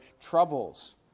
troubles